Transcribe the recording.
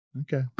Okay